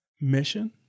mission